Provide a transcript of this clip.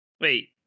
Wait